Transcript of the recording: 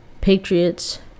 Patriots